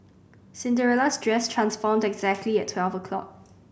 Cinderella's dress transformed exactly at twelve o' clock